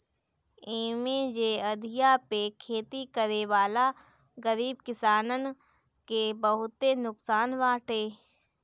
इमे जे अधिया पे खेती करेवाला गरीब किसानन के बहुते नुकसान बाटे